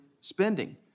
spending